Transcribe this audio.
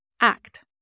act